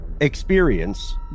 experience